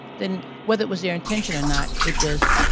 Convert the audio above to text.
then, whether it was their intention or not, it was.